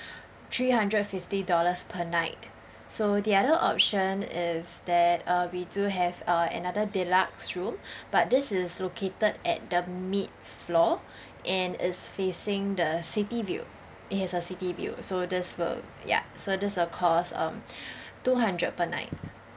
three hundred fifty dollars per night so the other option is that uh we do have uh another deluxe room but this is located at the mid floor and is facing the city view it has a city view so this will ya so this will cost um two hundred per night